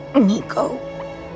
Nico